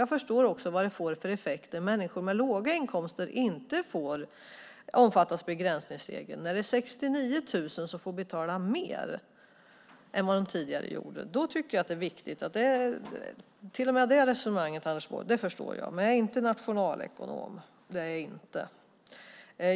Jag förstår också vilka effekter det får när människor med låga inkomster inte omfattas av begränsningsregeln och när 69 000 personer får betala mer än vad de tidigare gjorde. Till och med det resonemanget förstår jag - men jag är inte nationalekonom.